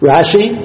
Rashi